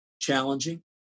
challenging